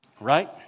Right